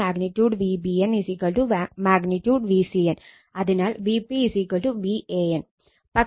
പക്ഷെ line to line voltage ഇതാണ്